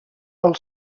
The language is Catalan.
pel